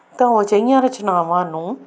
ਤਾਂ ਉਹ ਅਜਿਹੀਆਂ ਰਚਨਾਵਾਂ ਨੂੰ